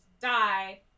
die